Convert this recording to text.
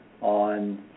on